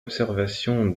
observation